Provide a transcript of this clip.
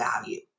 value